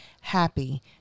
happy